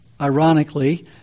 ironically